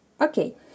Okay